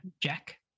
Jack